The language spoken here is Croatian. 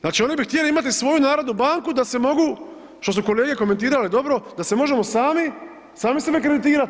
Znači, oni bi htjeli imati svoju narodnu banku da se mogu, što su kolege komentirale, dobro, da se možemo sami, sami sebe kreditirati.